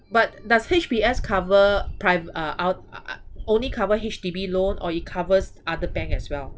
but does H_P_S cover prime uh out ah ah only cover H_D_B loan or it covers other bank as well